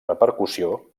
repercussió